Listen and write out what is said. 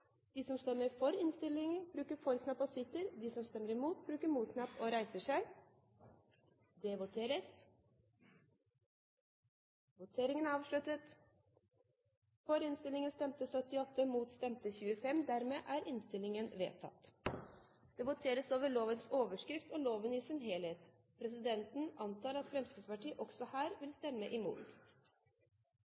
de vil stemme imot. Det voteres over lovens overskrift og loven i sin helhet. Presidenten antar at Fremskrittspartiet også her vil stemme imot.